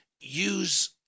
use